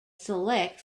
select